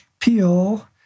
Peel